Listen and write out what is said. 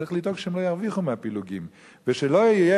צריך לדאוג שהם לא ירוויחו מהפילוגים ושלא יהיה